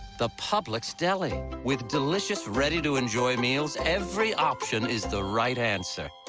the publix deli. with delicious, ready to enjoy meals. every option is the right answer.